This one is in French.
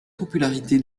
popularité